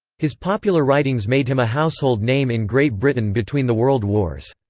his popular writings made him a household name in great britain between the world wars.